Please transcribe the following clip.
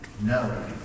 No